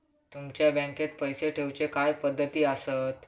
तुमच्या बँकेत पैसे ठेऊचे काय पद्धती आसत?